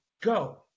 go